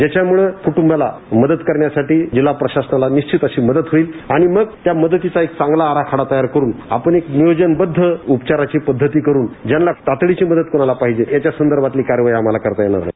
ज्याच्यामुळे कूटंबाला मदत करण्यासाठी जिल्हा प्रशासनाला निश्चित अशी मदत होईल आणि मग त्या मदतीचा एक चांगला आराखडा तयार करुन आपण एक नियोजनबद्ध उपचाराची पद्धती करुन ज्यांना तातडीची मदत करायला पाहिजे याच्या संदर्भातील कारवाई आम्हाला करता येणार आहे